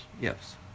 Yes